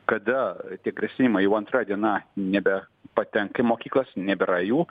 kada tie grasinimai jau antra diena nebe patenka į mokyklas nebėra jų